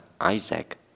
Isaac